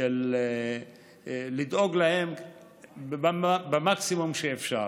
לדאוג להם במקסימום שאפשר.